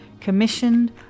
commissioned